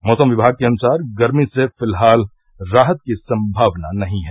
मौसम विभाग के अनुसार गर्मी से फिलहाल राहत की संभावना नहीं है